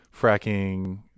fracking